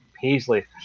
Paisley